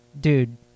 dude